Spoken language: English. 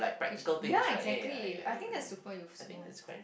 which ya exactly I think that's super useful